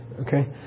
Okay